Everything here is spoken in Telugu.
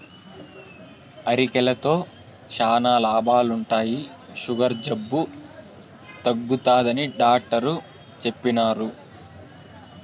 అరికెలతో శానా లాభాలుండాయి, సుగర్ జబ్బు తగ్గుతాదని డాట్టరు చెప్పిన్నారు